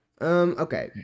okay